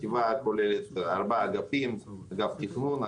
החטיבה כוללת ארבעה אגפים: אגף תכנון,